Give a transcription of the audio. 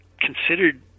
considered